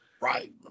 right